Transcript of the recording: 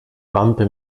wampe